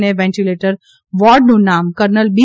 અને વેન્ટીલેટર વોર્ડનું નામ કર્નલ બી